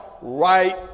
right